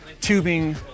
tubing